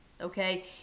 okay